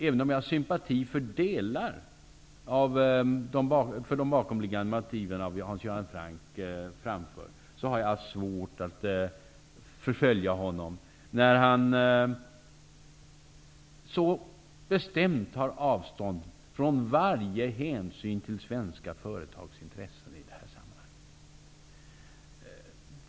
Även om jag sympatiserar med delar av Hans Göran Francks bakomliggande motiv, har jag svårt att följa honom när han så bestämt tar avstånd från varje hänsyn till svenska företags intressen i det här sammanhanget.